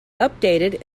updated